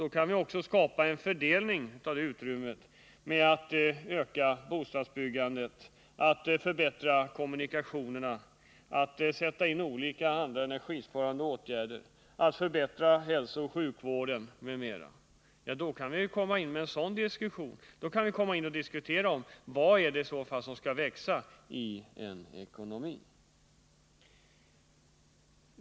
Då kan vi också fördela utrymmet så, att vi ökar bostadsbyggandet, förbättrar kommunikationerna, sätter in andra energibesparande åtgärder, förbättrar hälsooch sjukvården. Då kan vi diskutera vad det är som skall växa i en ekonomi.